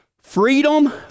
freedom